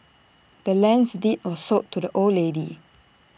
the land's deed was sold to the old lady